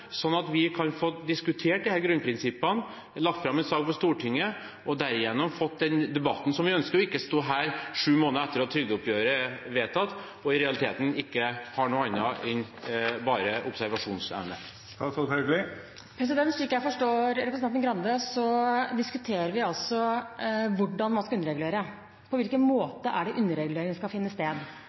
at vi kan få diskutert disse grunnprinsippene, lagt fram en sak for Stortinget og derigjennom fått den debatten vi ønsker, og ikke stå her sju måneder etter at trygdeoppgjøret er vedtatt, og i realiteten ikke ha noe annet enn bare observasjonsevne? Slik jeg forstår representanten Grande, diskuterer vi hvordan man skal underregulere, på hvilken måte underregulering skal finne sted.